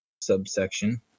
subsection